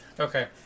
Okay